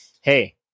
hey